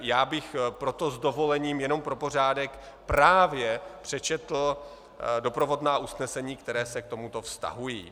Já bych proto s dovolením jen pro pořádek právě přečetl doprovodná usnesení, která se k tomuto vztahují: